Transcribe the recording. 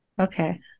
Okay